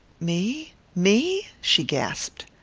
me me? she gasped.